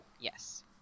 yes